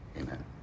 amen